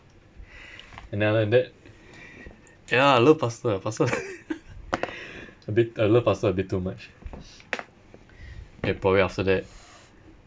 and then after that ya I love pasta pasta a bit I love pasta a bit too much and probably after that